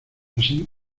asi